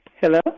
Hello